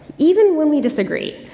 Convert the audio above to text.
even when we disagree.